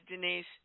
Denise